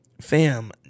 fam